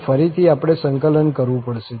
અહીં ફરીથી આપણે સંકલન કરવું પડશે